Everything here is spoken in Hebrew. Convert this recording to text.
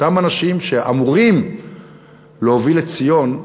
אותם אנשים שאמורים להוביל את ציון: